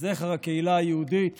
לזכר הקהילה היהודית